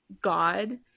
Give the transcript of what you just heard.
God